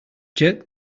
jerk